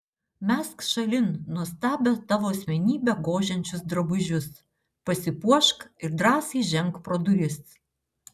mesk šalin nuostabią tavo asmenybę gožiančius drabužius pasipuošk ir drąsiai ženk pro duris